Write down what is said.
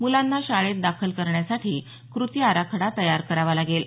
मुलांना शाळेत दाखल करण्यासाठी कृती आराखडा तयार करावा लागेल